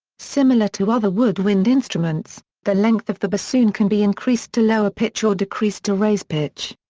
similar to other woodwind instruments, the length of the bassoon can be increased to lower pitch or decreased to raise pitch.